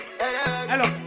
hello